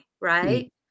right